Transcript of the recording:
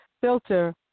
filter